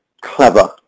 clever